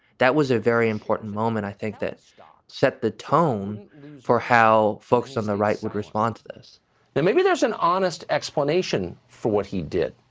that was a very important moment. i think this set the tone for how folks on the right would respond to this then maybe there's an honest explanation for what he did.